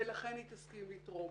ולכן היא תסכים לתרום,